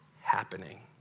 happening